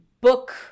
book